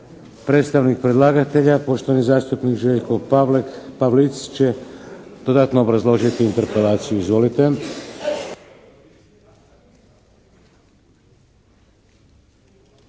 Predstavnik predlagatelja poštovani zastupnik Željko Pavlek, Pavlic će dodatno obrazložiti interpelaciju. Izvolite.